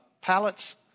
pallets